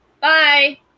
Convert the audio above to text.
bye